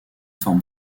forme